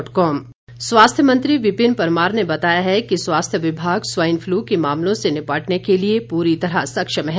विपिन परमार स्वास्थ्य मंत्री विपिन परमार ने बताया है कि राज्य स्वास्थ्य विभाग स्वाइन फ्लू के मामलों से निपटने के लिए पूरी तरह सक्षम है